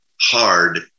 hard